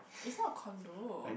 it's not condo